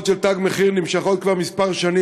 של "תג מחיר" נמשכות כבר כמה שנים,